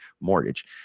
mortgage